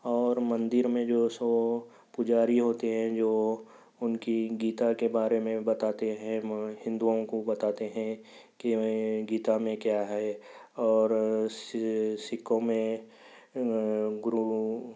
اور مندر میں جوسو پُجاری ہوتے ہیں جو اُن کی گیتا کے بارے میں بتاتے ہیں میں ہندوؤں کو بتاتے ہیں کہ گیتا میں کیا ہے اور سِکھوں میں گرو